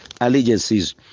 Allegiances